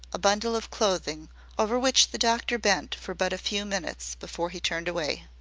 a bundle of clothing over which the doctor bent for but a few minutes before he turned away.